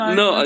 no